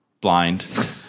Blind